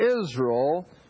Israel